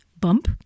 bump